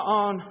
on